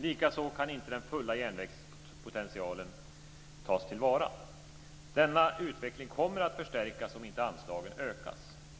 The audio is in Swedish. Likaså kan inte den fulla järnvägspotentialen tas till vara. Denna utveckling kommer att förstärkas om inte anslagen ökas.